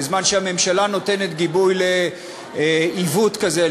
בזמן שהממשלה נותנת גיבוי לעיוות כזה,